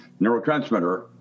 neurotransmitter